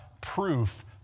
proof